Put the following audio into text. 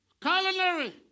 Culinary